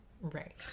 Right